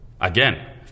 again